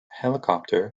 helicopter